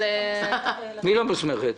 אבל גם אם היא לא מוסמכת,